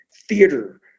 theater